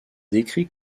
décrit